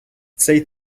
цей